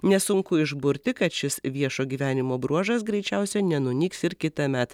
nesunku išburti kad šis viešo gyvenimo bruožas greičiausiai nenunyks ir kitąmet